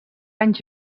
anys